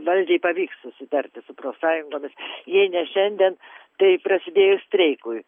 valdžiai pavyks susitarti su profsąjungomis jei ne šiandien tai prasidėjus streikui